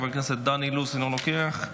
חבר כנסת ווליד טאהא, אינו נוכח,